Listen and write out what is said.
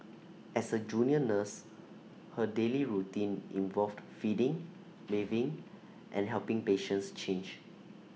as A junior nurse her daily routine involved feeding bathing and helping patients change